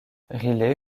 riley